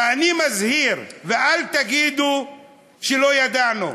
ואני מזהיר, ואל תגידו לא ידענו,